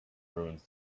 ruins